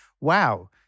wow